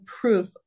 proof